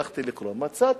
הלכתי לקרוא, מצאתי: